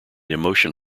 emotion